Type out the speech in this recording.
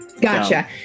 Gotcha